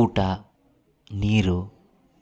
ಊಟ ನೀರು